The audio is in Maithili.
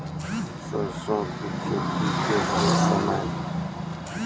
सरसों की खेती के लिए समय?